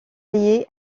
lié